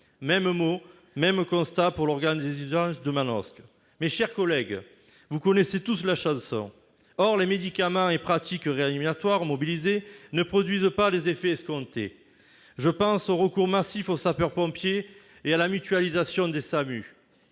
Mêmes maux, mêmes constats pour l'organe des urgences de Manosque. Mes chers collègues, vous connaissez tous la chanson ! Or les médicaments et pratiques réanimatoires mobilisés ne produisent pas les effets escomptés. Je pense au recours massif aux sapeurs-pompiers et à la mutualisation des SAMU.